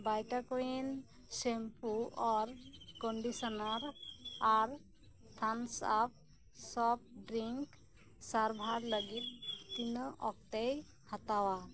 ᱵᱟᱭᱴᱟ ᱠᱩᱭᱤᱱ ᱥᱮᱢᱯᱩ ᱟᱨ ᱠᱚᱱᱰᱤᱥᱚᱱᱟᱨ ᱟᱨ ᱛᱷᱟᱢᱥᱼᱟᱯ ᱥᱚᱯᱷᱴ ᱰᱨᱤᱝᱥ ᱥᱟᱨᱵᱷᱟᱨ ᱞᱟᱹᱜᱤᱫ ᱛᱤᱱᱟᱹᱜ ᱚᱠᱛᱮᱭ ᱦᱟᱛᱟᱣᱟ